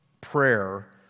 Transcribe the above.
prayer